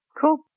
cool